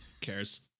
cares